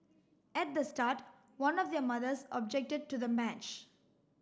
at the start one of their mothers objected to the match